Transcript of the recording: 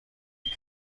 بیل